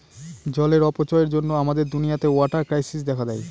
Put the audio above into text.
জলের অপচয়ের জন্য আমাদের দুনিয়াতে ওয়াটার ক্রাইসিস দেখা দেয়